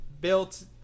built